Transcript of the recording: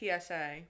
psa